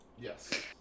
Yes